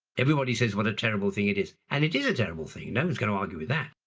everybody says what a terrible thing it is. and it is a terrible thing. no one's going to argue with that.